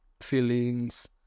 feelings